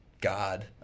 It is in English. God